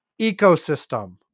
ecosystem